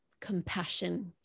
compassion